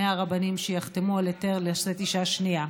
100 רבנים שיחתמו על היתר לשאת אישה שנייה.